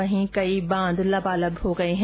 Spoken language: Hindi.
वहीं कई बांध लबालब हो गए हैं